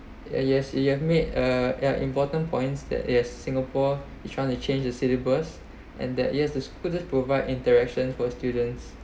yes you have made uh important points that yes singapore is trying to change the syllabus and that yes the school just provide interaction for students